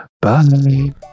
bye